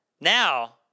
Now